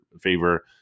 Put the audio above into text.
favor